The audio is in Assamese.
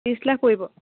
ত্ৰিছ লাখ পৰিব